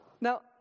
Now